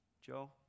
Joe